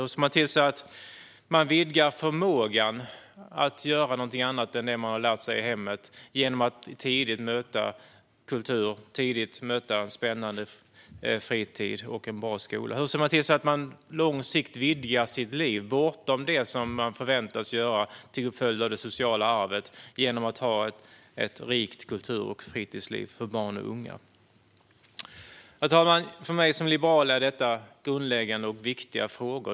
Hur ser vi till att man vidgar förmågan att göra någonting annat än det man har lärt sig i hemmet genom att tidigt möta kultur, en spännande fritid och en bra skola? Hur ser vi till att man långsiktigt vidgar sitt liv bortom det som man förväntas göra till följd av det sociala arvet genom att ha ett rikt kultur och fritidsliv för barn och unga? Herr talman! För mig som liberal är detta grundläggande och viktiga frågor.